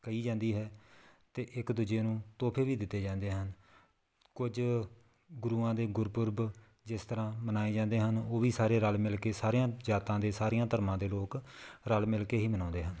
ਕਹੀ ਜਾਂਦੀ ਹੈ ਅਤੇ ਇੱਕ ਦੂਜੇ ਨੂੰ ਤੋਹਫੇ ਵੀ ਦਿੱਤੇ ਜਾਂਦੇ ਹਨ ਕੁਝ ਗੁਰੂਆਂ ਦੇ ਗੁਰਪੁਰਬ ਜਿਸ ਤਰ੍ਹਾਂ ਮਨਾਏ ਜਾਂਦੇ ਹਨ ਉਹ ਵੀ ਸਾਰੇ ਰਲ ਮਿਲ ਕੇ ਸਾਰੀਆਂ ਜਾਤਾਂ ਦੇ ਸਾਰਿਆਂ ਧਰਮਾਂ ਦੇ ਲੋਕ ਰਲ ਮਿਲ ਕੇ ਹੀ ਮਨਾਉਂਦੇ ਹਨ